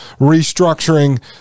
restructuring